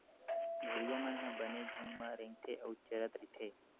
भेड़िया मन ह बने झूंड म रेंगथे अउ चरत रहिथे